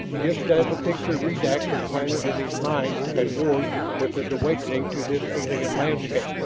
just as the picture redax had planted in his mind had warred with his awaking to this alien landscape.